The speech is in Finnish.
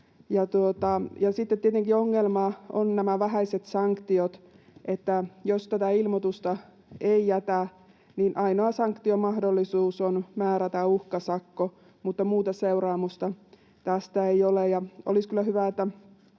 Sitten tietenkin ongelma on nämä vähäiset sanktiot. Eli jos tätä ilmoitusta ei jätä, niin ainoa sanktiomahdollisuus on määrätä uhkasakko, mutta muuta seuraamusta tästä ei ole. Johtopäätöksenä